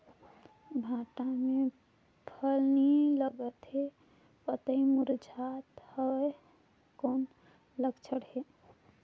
भांटा मे फल नी लागत हे पतई मुरझात हवय कौन लक्षण हे?